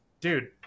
dude